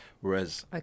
Whereas